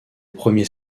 premier